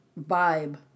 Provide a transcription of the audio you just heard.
vibe